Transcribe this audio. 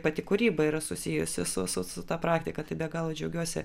pati kūryba yra susijusi su su ta praktika tai be galo džiaugiuosi